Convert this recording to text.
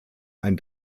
ein